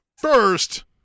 first